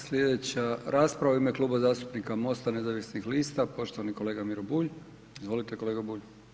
Slijedeća rasprava u ime Kluba zastupnika MOST-a nezavisnih lista poštovani kolega Miro Bulj, izvolite kolega Bulj.